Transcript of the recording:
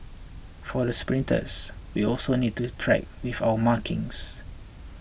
for the sprinters we also need to track with our markings